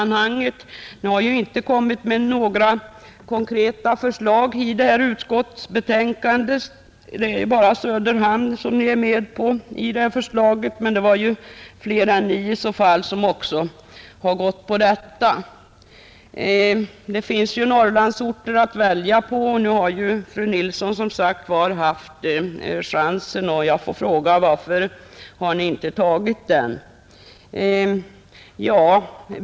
Ni har ju inte kommit med några konkreta förslag i utskottsbetänkandet — det är bara Söderhamn ni är med på, men det är ju fler än ni som gått med på detta. Det finns även Norrlandsorter att välja på, och nu har fru Nilsson som sagt haft chansen. Jag frågar: Varför har ni inte tagit den?